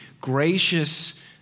gracious